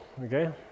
Okay